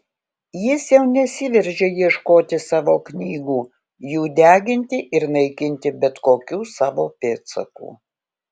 jis jau nesiveržė ieškoti savo knygų jų deginti ir naikinti bet kokių savo pėdsakų